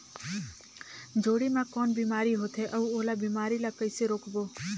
जोणी मा कौन बीमारी होथे अउ ओला बीमारी ला कइसे रोकबो?